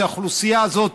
שהאוכלוסייה הזאת,